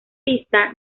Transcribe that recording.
pista